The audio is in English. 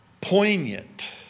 poignant